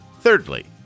Thirdly